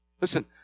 Listen